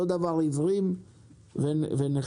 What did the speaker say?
אותו דבר עיוורים ונכים.